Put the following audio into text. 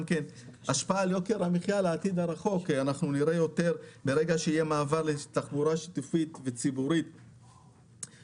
השפעה על יוקר המחיה בעתיד הרחוק כשיהיה מעבר לתחבורה ציבורית שיתופית